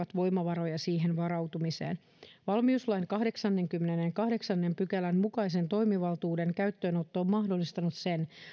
voimavaroja siihen varautumiseen valmiuslain kahdeksannenkymmenennenkahdeksannen pykälän mukaisen toimivaltuuden käyttöönotto on mahdollistanut sen